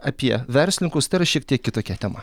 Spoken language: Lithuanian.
apie verslininkus tai yra šiek tiek kitokia tema